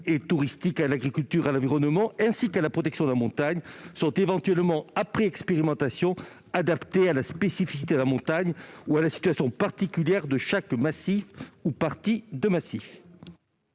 touristique, à l'agriculture, à l'environnement ainsi qu'à la protection de la montagne sont, éventuellement après expérimentation, adaptées à la spécificité de la montagne ou à la situation particulière de chaque massif ou partie de massif.